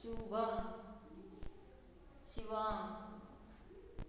Shubham Shivam